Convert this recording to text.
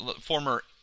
former